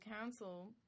council